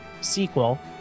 sequel